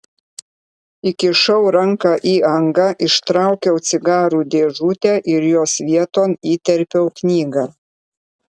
įkišau ranką į angą ištraukiau cigarų dėžutę ir jos vieton įterpiau knygą